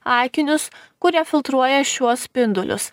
akinius kurie filtruoja šiuos spindulius